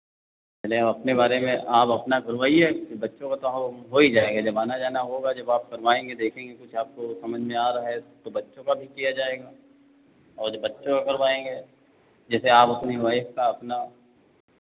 पहले आप अपने बारे में आप अपना करवाइए फिर बच्चों का तो हो ही जाएगा जब आना जाना होगा जब आप बनवाएंगे देखेंगे कुछ आपको समझ में आ रहा है तो बच्चों का भी किया जाएगा और बच्चों का करवाएंगे जैसे आप अपनी वाइफ़ का अपना